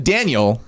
Daniel